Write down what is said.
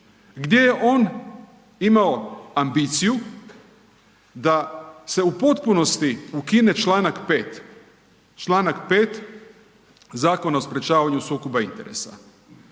gdje je on imao ambiciju da se u potpunosti ukine Članak 5., Članak 5. Zakona o sprječavanju sukoba interesa.